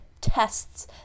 tests